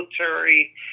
military